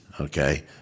okay